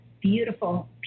beautiful